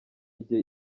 igihe